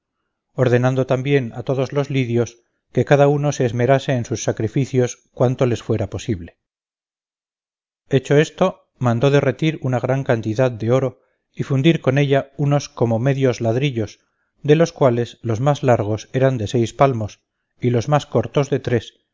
ordenando también a todos los lidios que cada uno se esmerase en sus sacrificios cuanto les fuera posible hecho esto mandó derretir una gran cantidad de oro y fundir con ella unos como medios ladrillos de los cuales los más largos eran de seis palmos y los más cortos de tres